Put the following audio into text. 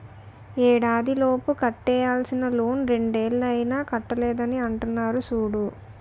ఏడాదిలోపు కట్టేయాల్సిన లోన్ రెండేళ్ళు అయినా కట్టలేదని అంటున్నారు చూడు